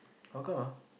how come ah